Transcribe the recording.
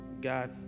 God